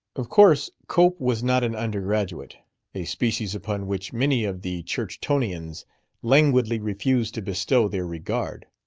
of course cope was not an undergraduate a species upon which many of the churchtonians languidly refused to bestow their regard.